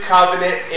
Covenant